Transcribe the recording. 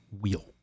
wheel